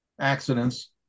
accidents